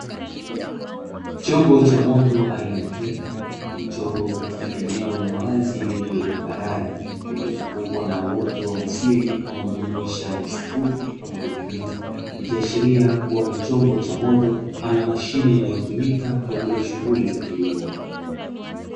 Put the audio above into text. Chombo cha moto aina ya trekta kilichopo katika eneo la wazi lililo tambarare lililozungukwa na uoto wa asili unaojumuisha nyasi fupi pamoja na miti, ikiashiria kuwa ni chombo cha moto ama mashine inayotumika kwa ajili ya shughuli za kilimo.